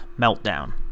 meltdown